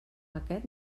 aquest